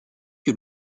que